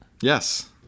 Yes